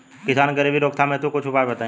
किसान के गरीबी रोकथाम हेतु कुछ उपाय बताई?